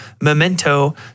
memento